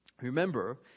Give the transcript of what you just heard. Remember